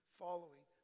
following